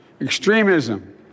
extremism